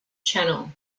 channel